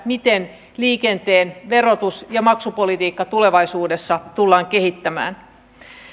miten liikenteen verotus ja maksupolitiikkaa tulevaisuudessa tullaan kehittämään